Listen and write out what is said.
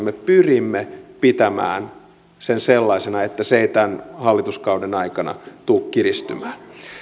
me pyrimme pitämään kokonaisveroasteen sellaisena että se ei tämän hallituskauden aikana tule kiristymään